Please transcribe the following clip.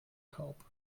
taub